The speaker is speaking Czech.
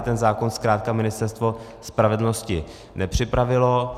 Ten zákon zkrátka Ministerstvo spravedlnosti nepřipravilo.